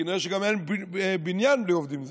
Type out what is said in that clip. כנראה שגם אין בניין בלי עובדים זרים.